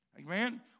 Amen